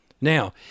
Now